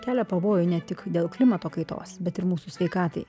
kelia pavojų ne tik dėl klimato kaitos bet ir mūsų sveikatai